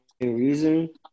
reason